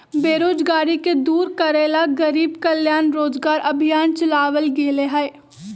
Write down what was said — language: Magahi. बेरोजगारी के दूर करे ला गरीब कल्याण रोजगार अभियान चलावल गेले है